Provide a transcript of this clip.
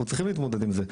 אנחנו צריכים להתמודד עם זה,